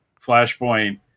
flashpoint